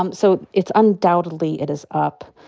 um so it's undoubtedly, it is up.